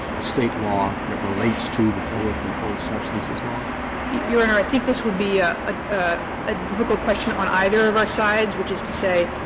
a state law that relates to the federal controlled substances law your honor, i think this would be a ah a difficult question on either of our sides, which is to say,